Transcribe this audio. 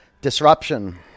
disruption